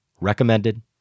recommended